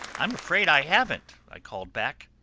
i'm afraid i haven't, i called back.